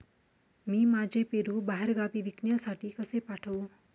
मी माझे पेरू बाहेरगावी विकण्यासाठी कसे पाठवू?